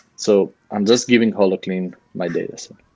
so i'm just giving holoclean my dataset.